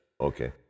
Okay